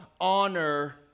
honor